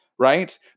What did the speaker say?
right